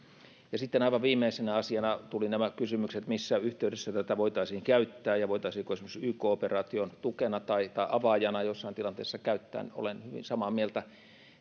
sitten aivan viimeisenä asiana tulivat nämä kysymykset siitä missä yhteydessä tätä voitaisiin käyttää ja voitaisiinko käyttää esimerkiksi yk operaation tukena tai tai avaajana jossain tilanteessa olen hyvin samaa mieltä